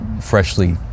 freshly